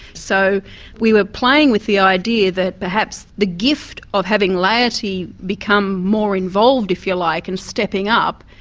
so we were playing with the idea that perhaps the gift of having laity become more involved if you like, and stepping up,